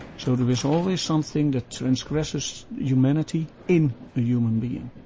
sort of is always something that transgresses humanity in the human being.